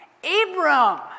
Abram